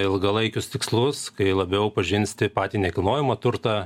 ilgalaikius tikslus kai labiau pažinsite patį nekilnojamo turto